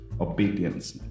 Obedience